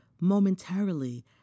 momentarily